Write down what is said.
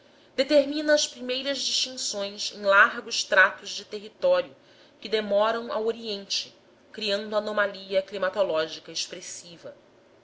determina as primeiras distinções em largos tratos de território que demoram ao oriente criando anomalia climatológica expressiva